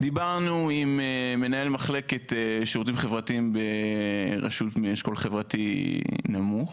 דיברנו עם מנהל מחלקת שירותים חברתיים ברשות מאשכול חברתי נמוך,